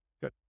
Good